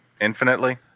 infinitely